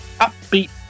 upbeat